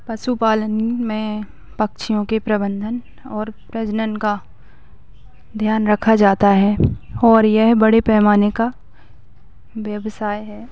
पशु पालन में पक्षियों के प्रबंधन और प्रजनन का ध्यान रखा जाता है और यह बड़े पैमाने का व्यवसाय है